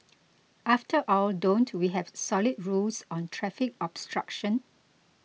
after all don't we have solid rules on traffic obstruction